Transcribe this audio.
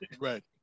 Right